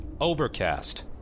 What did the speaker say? Overcast